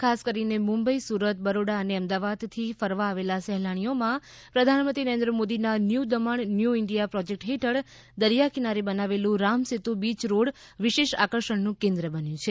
ખાસ કરીને મુંબઇ સુરત બરોડા અને અમદાવાદથી ફરવા આવેલા સહેલાણીઓમાં પ્રધાનમંત્રી નરેન્દ્ર મોદીના new Daman new India project હેઠળ દરિયા કિનારે બનાવેલુ રામસેતુ બીય રોડ વિશેષ આકર્ષણનું કેન્દ્ર બન્યું છે